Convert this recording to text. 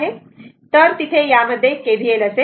तर तिथे यामध्ये KVL असेल